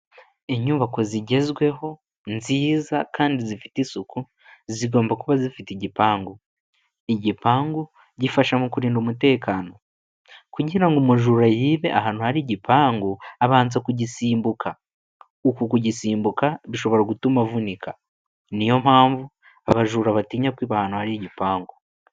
Inyubako zigezweho, nziza kandi zifite isuku, zigomba kuba zifite igipangu. Igipangu gifasha mu kurinda umutekano. Kugira ngo umujura yibe ahantu hari igipangu, abanza kugisimbuka. Uku kugisimbuka bishobora gutuma avunika. Niyo mpamvu abajura batinya kwiba ahantu hari igipangu.